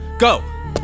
Go